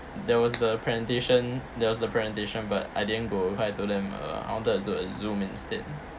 there was the presentation there was the presentation but I didn't go I told them uh I wanted to do a Zoom instead